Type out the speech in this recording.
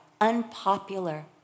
unpopular